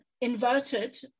inverted